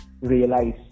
realize